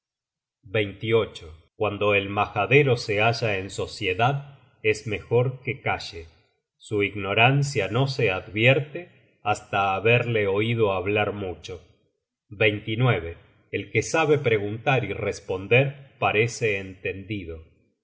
cuando el majadero se halla en sociedad es mejor que calle su ignorancia no se advierte hasta haberle oido hablar mucho el que sabe preguntar y responder parece entendido